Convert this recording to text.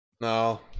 No